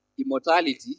immortality